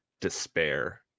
despair